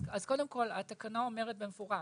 אז קודם כל התקנה אומרת במפורש,